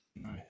Nice